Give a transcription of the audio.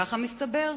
כך מסתבר.